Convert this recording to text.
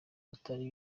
batari